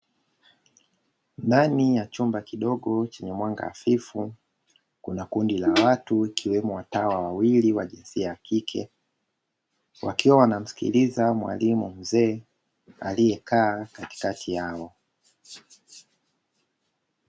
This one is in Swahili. Ndani ya chumba kidogo chenye mwanga hafifu, kuna kundi la watu ikiwemo watawa wawili wa jinsia ya kike, wakiwa wanamsikiliza mwalimu mzee, aliyekaa katikati yao.